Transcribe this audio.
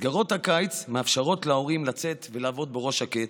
מסגרות הקיץ מאפשרות להורים לצאת ולעבוד בראש שקט,